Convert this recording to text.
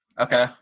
Okay